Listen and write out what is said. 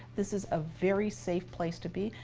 this is a very safe place to be.